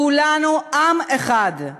כולנו עם אחד,